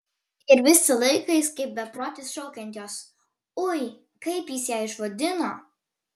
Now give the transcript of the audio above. ir visą laiką jis kaip beprotis šaukia ant jos ui kaip jis ją išvadino